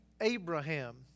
Abraham